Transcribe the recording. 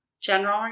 general